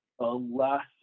Last